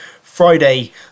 Friday